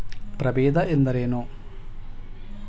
ಪ್ರಭೇದ ಎಂದರೇನು?